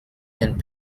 and